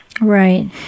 Right